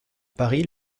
paris